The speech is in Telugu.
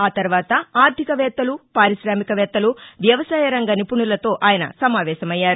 ఆ తర్వాత ఆర్థిక వేత్తలు పారిశామిక వేత్తలువ్యవసాయ రంగ నిపుణులతో ఆయన సమావేశమయ్యారు